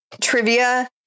Trivia